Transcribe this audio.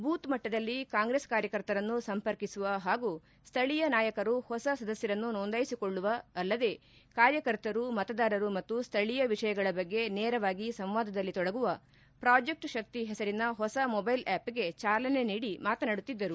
ಬೂತ್ಮಟ್ಟದಲ್ಲಿ ಕಾಂಗ್ರೆಸ್ ಕಾರ್ಯಕರ್ತರನ್ನು ಸಂಪರ್ಕಿಸುವ ಹಾಗೂ ಸ್ಥಳೀಯ ನಾಯಕರು ಹೊಸ ಸದಸ್ಯರನ್ನು ನೋಂದಾಯಿಸಿಕೊಳ್ಳುವ ಅಲ್ಲದೆ ಕಾರ್ಯಕರ್ತರು ಮತದಾರರು ಮತ್ತು ಶ್ಠೀಯ ವಿಷಯಗಳ ಬಗ್ಗೆ ನೇರವಾಗಿ ಸಂವಾದದಲ್ಲಿ ತೊಡಗುವ ಪ್ರಾಜೆಕ್ಟ್ ಶಕ್ತಿ ಹೆಸರಿನ ಹೊಸ ಮೊಬೈಲ್ ಆ್ಕಪ್ಗೆ ಚಾಲನೆ ನೀಡಿ ಮಾತನಾಡುತ್ತಿದ್ದರು